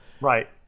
right